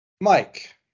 mike